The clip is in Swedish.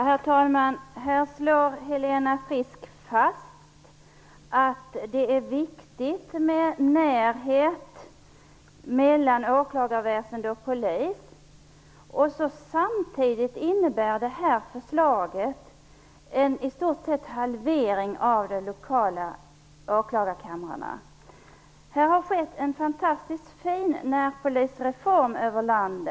Herr talman! Nu slår Helena Frisk fast att det är viktigt med närhet mellan åklagarväsende och polis. Samtidigt innebär ju detta förslag i stort sett en halvering av de lokala åklagarkamrarna. Det har skett en fantastiskt fin närpolisreform i landet.